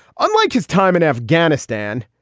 unlike his time in afghanistan.